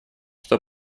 что